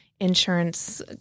insurance